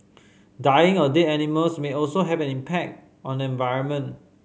dying or dead animals may also have an impact on environment